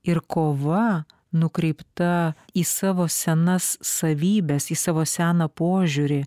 ir kova nukreipta į savo senas savybes į savo seną požiūrį